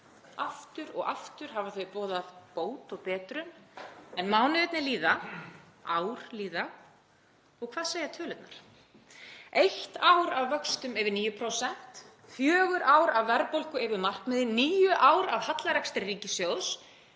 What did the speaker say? Aftur og aftur hafa þau boðað bót og betrun. En mánuðirnir líða, ár líða og hvað segja tölurnar? 1 ár af vöxtum yfir 9%. 4 ár af verðbólgu yfir markmiði. 9 ár af hallarekstri hjá ríkissjóði.